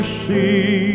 see